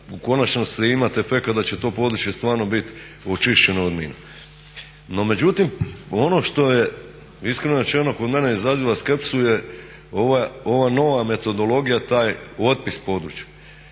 u konačnosti imate efekat da će to područje stvarno bit očišćeno od mina. No međutim, ono što je iskreno rečeno kod mene izaziva skepsu je ova nova metodologija taj otpis područja.